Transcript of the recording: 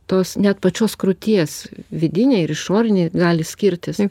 tos net pačios krūties vidiniai ir išoriniai gali skirtis